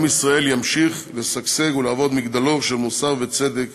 עם ישראל ימשיך לשגשג ולהוות מגדלור של מוסר וצדק